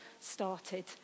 started